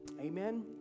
Amen